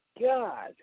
God